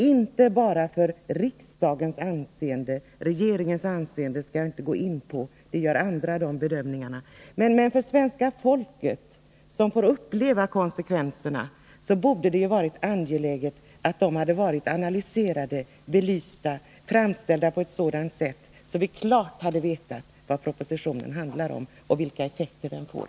Inte bara för riksdagens anseende — regeringens anseende skall jag inte gå in på, de bedömningarna gör andra — utan också för svenska folket, som får uppleva konsekvenserna, hade det varit angeläget att dessa konsekvenser hade varit analyserade, belysta, framställda på ett sådant sätt att vi klart hade vetat vad propositionen handlar om och vilka effekter den får.